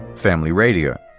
family radio.